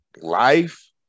life